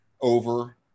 over